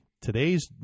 today's